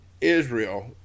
Israel